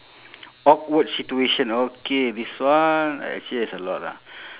awkward situation okay this one actually there's a lot ah